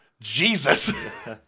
Jesus